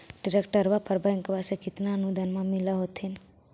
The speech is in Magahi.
ट्रैक्टरबा पर बैंकबा से कितना अनुदन्मा मिल होत्थिन?